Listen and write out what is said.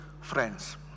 friends